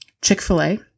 Chick-fil-A